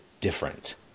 different